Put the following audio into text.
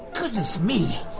goodness me!